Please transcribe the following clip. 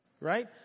right